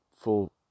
full